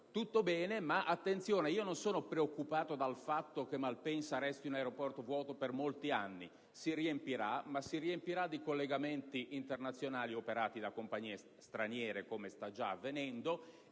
italiano. Attenzione: non sono preoccupato dal fatto che Malpensa resti un aeroporto vuoto per molti anni: si riempirà, ma si riempirà di collegamenti internazionali operati da compagnie straniere, come sta già avvenendo,